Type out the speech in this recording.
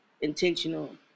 intentional